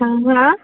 हँ हँ